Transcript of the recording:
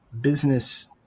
business